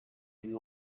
you